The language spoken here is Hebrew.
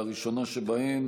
הראשונה שבהן